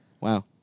Wow